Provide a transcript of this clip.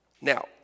Now